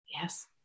Yes